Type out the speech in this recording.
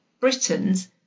Britons